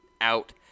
out